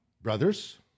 brothers